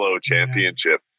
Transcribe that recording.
championship